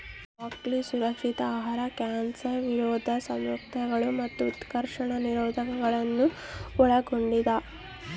broccoli ಸುರಕ್ಷಿತ ಆಹಾರ cancer ವಿರೋಧಿ ಸಂಯುಕ್ತಗಳು ಮತ್ತು ಉತ್ಕರ್ಷಣ ನಿರೋಧಕಗುಳ್ನ ಒಳಗೊಂಡಿದ